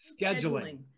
scheduling